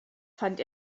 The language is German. fand